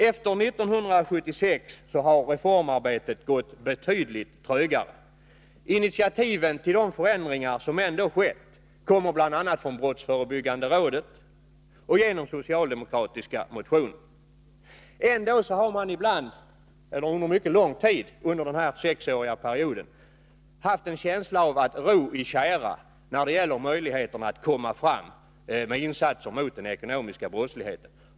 Efter 1976 har reformarbetet gått betydligt trögare. Initiativen till de förändringar som ändå skett kommer bl.a. från brottsförebyggande rådet och genom socialdemokratiska motioner. Ändå har man under den här sexåriga perioden haft en känsla av att ro i tjära när det gällt möjligheterna att komma fram med insatser mot den ekonomiska brottsligheten.